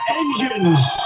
engines